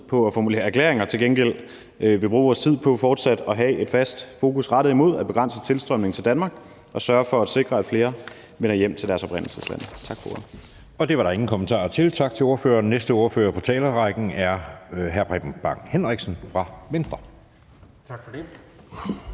på at formulere erklæringer vil bruge vores tid på fortsat at have et fast fokus rettet imod at begrænse tilstrømningen til Danmark og sørge for at sikre, at flere vender hjem til deres oprindelsesland. Tak for ordet. Kl. 16:56 Anden næstformand (Jeppe Søe): Det var der ingen korte bemærkninger til, så tak til ordføreren. Næste ordfører i talerrækken er hr. Preben Bang Henriksen fra Venstre.